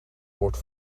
wordt